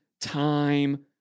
time